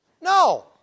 No